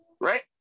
right